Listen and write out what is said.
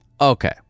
okay